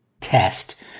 test